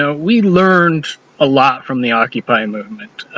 ah we learned alot from the occupy movement.